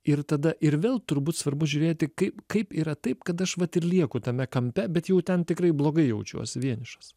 ir tada ir vėl turbūt svarbu žiūrėti kaip kaip yra taip kad aš vat ir lieku tame kampe bet jau ten tikrai blogai jaučiuosi vienišas